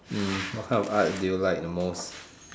hmm what kind of arts do you like the most